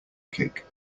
kick